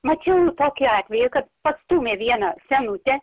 mačiau tokį atvejį kad pastūmė vieną senutę